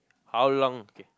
how long K